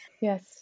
Yes